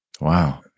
wow